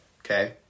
Okay